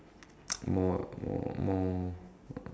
more more more uh